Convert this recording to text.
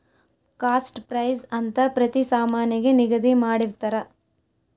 cost price ಅಂತ ಪ್ರತಿ ಸಾಮಾನಿಗೆ ನಿಗದಿ ಮಾಡಿರ್ತರ